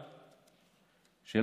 השר,